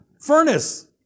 furnace